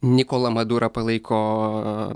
nikolą madurą palaiko